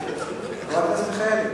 חבר הכנסת נחמן שי.